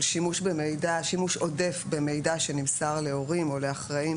שימוש עודף במידע שנמסר להורים או לאחראים,